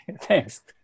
thanks